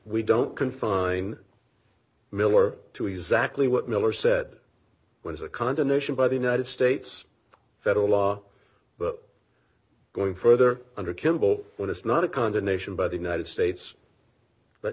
we don't confine miller to exactly what miller said was a condemnation by the united states federal law but going further under kimball well it's not a condemnation by the united states but